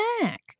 back